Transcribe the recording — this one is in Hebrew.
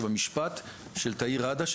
שבמשפט של תאיר ראדה,